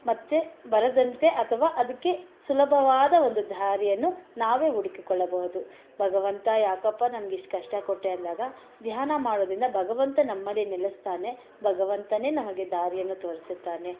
ಮತ್ತೆ ಬರದಂತೆ ಅಥವಾ ಅದಕ್ಕೆ ಸುಲಭವಾದ ಒಂದು ದಾರಿಯನ್ನು ನಾವೇ ಹುಡುಕಿಕೊಳ್ಳಬೋದು ಭಗವಂತ ಯಾಕಪ್ಪಾ ನಮ್ಗಿಷ್ಟು ಕಷ್ಟ ಕೊಟ್ಟೆ ಅಂದಾಗ ಧ್ಯಾನ ಮಾಡೋದರಿಂದ ಭಗವಂತ ನಮ್ಮಲ್ಲಿ ನೆಲೆಸ್ತಾನೆ ಭಗವಂತನೇ ನಮಗೆ ದಾರಿಯನ್ನು ತೋರಿಸುತ್ತಾನೆ